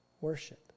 worship